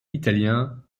italien